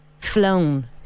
flown